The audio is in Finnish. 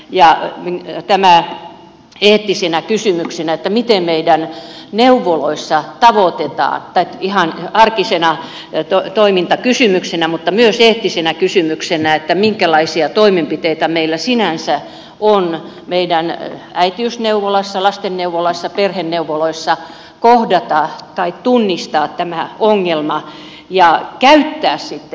tämä on eettinen kysymys miten meidän neuvoloissa tavoitetaan tai ihan arkinen toimintakysymys mutta myös eettinen kysymys minkälaisia toimenpiteitä meillä sinänsä on meidän äitiysneuvolassa lastenneuvolassa perheneuvoloissa kohdata tai tunnistaa tämä ongelma ja käyttää sitten